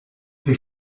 they